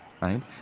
right